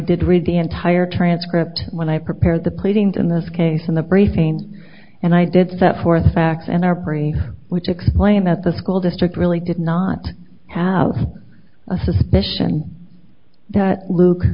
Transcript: did read the entire transcript when i prepared the pleadings in this case in the briefing and i did set forth the facts and are praying which explained that the school district really did not have a suspicion that luke